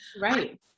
Right